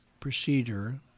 Procedure